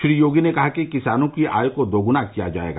श्री योगी ने कहा कि किसानों की आय को दोगुना किया जायेगा